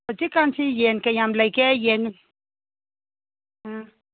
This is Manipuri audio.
ꯍꯧꯖꯤꯛꯀꯥꯟꯁꯤ ꯌꯦꯟ ꯀꯌꯥꯝ ꯂꯩꯒꯦ ꯌꯦꯟ ꯎꯝ